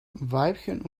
weibchen